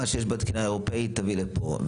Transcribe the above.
מה שיש בתקינה האירופית תביא לפה,